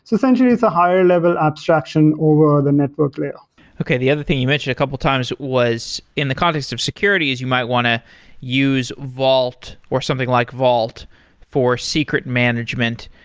essentially, it's a higher level abstraction over the network layer okay. the other thing you mentioned a couple times was in the context of securities, you might want to use vault, or something like vault for secret management.